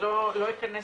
אכנס